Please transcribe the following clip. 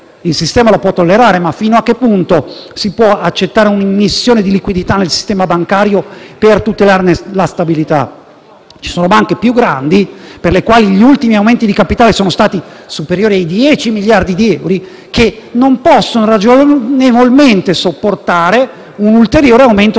il sistema può tollerarlo, ma fino a che punto si può accettare un'immissione di liquidità nel sistema bancario per tutelarne la stabilità? Ci sono banche più grandi, per le quali gli ultimi aumenti di capitale sono stati superiori ai 10 miliardi di euro, che non possono ragionevolmente sopportare un ulteriore aumento di